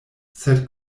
sed